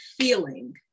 feeling